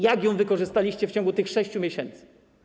Jak ją wykorzystaliście w ciągu tych 6 miesięcy?